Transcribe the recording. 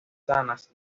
manzanas